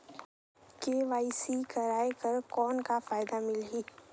KYC कराय कर कौन का फायदा मिलही?